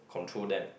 control them